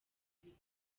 bibiri